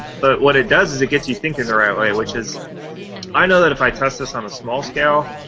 but what it does is it gets you thinking the right way, which is i know that if i test this on a small scale,